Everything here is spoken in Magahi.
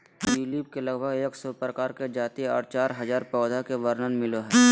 ट्यूलिप के लगभग एक सौ प्रकार के जाति आर चार हजार पौधा के वर्णन मिलो हय